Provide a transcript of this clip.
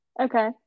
Okay